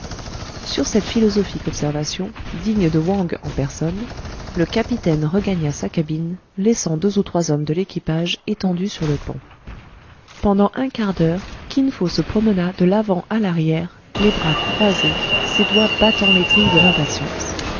sur cette philosophique observation digne de wang en personne le capitaine regagna sa cabine laissant deux ou trois hommes de l'équipage étendus sur le pont pendant un quart d'heure kin fo se promena de l'avant à l'arrière les bras croisés ses doigts battant les trilles de l'impatience